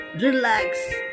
relax